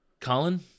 Colin